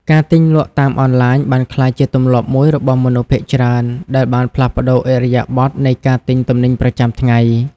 ការទិញលក់តាមអនឡាញបានក្លាយជាទម្លាប់មួយរបស់មនុស្សភាគច្រើន ដែលបានផ្លាស់ប្តូរឥរិយាបថនៃការទិញទំនិញប្រចាំថ្ងៃ។